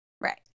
Right